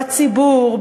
בציבור,